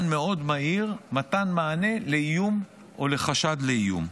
מאוד מהיר מתן מענה לאיום או לחשד לאיום.